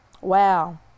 Wow